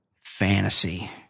fantasy